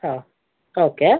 ಹಾಂ ಓಕೆ